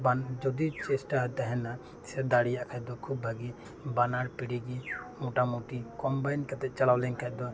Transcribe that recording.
ᱵᱟᱝ ᱡᱩᱫᱤ ᱪᱮᱥᱴᱟ ᱛᱟᱦᱮᱸᱱᱟ ᱥᱮ ᱫᱟᱲᱮᱭᱟᱜ ᱠᱷᱟᱱ ᱫᱚ ᱠᱷᱩᱵᱽ ᱵᱷᱟᱜᱤ ᱵᱟᱱᱟᱨ ᱯᱤᱲᱦᱤ ᱜᱮ ᱢᱚᱴᱟ ᱢᱩᱴᱤ ᱠᱚᱢᱵᱟᱭᱤᱸᱰ ᱠᱟᱛᱮᱫ ᱪᱟᱞᱟᱣ ᱞᱮᱱ ᱠᱷᱟᱱ ᱫᱚ